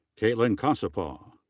caitlin casapao.